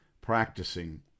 Practicing